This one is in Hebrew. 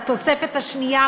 בתוספת השנייה,